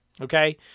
okay